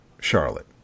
Charlotte